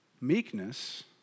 Meekness